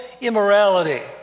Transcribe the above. immorality